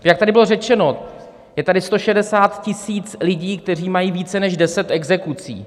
Jak tady bylo řečeno, je tady 160 000 lidí, kteří mají více než 10 exekucí.